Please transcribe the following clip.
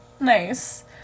nice